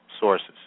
sources